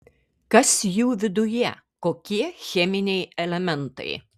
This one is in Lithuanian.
kas jų viduje kokie cheminiai elementai